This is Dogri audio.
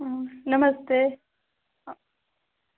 अं नमस्ते